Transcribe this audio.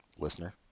listener